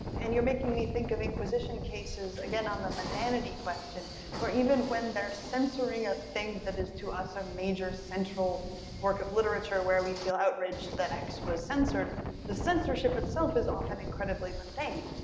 and you're making me think of inquisition cases again on the mundanity question where even when there's censoring a thing that is to us a major central work of literature where we feel outraged that x was censored the censorship itself is often incredibly mundane.